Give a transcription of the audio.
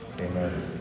Amen